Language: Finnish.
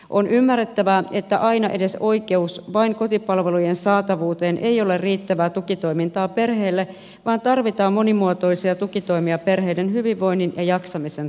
on ymmärrettävää että aina edes oikeus vain kotipalvelujen saatavuuteen ei ole riittävää tukitoimintaa perheelle vaan tarvitaan monimuotoisia tukitoimia perheiden hyvinvoinnin ja jaksamisen tukemiseen